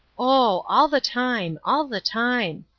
oh, all the time all the time!